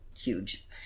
huge